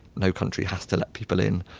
no country has to let people in,